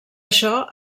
això